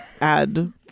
add